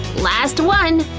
last one!